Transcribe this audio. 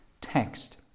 text